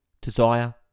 desire